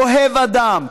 אוהב אדם,